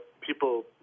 people